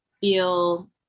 feel